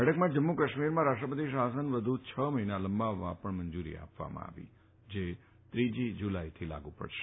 બેઠકમાં જમ્મુ કાશ્મીરમાં રાષ્ટ્રપતિ શાસન વધુ છ મહિના લંબાવવાને મંજૂરી આપી છે જે ત્રીજી જુલાઈથી લાગુ પડશે